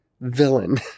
villain